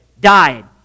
died